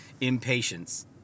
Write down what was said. impatience